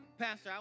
Pastor